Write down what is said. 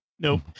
Nope